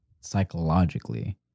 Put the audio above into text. psychologically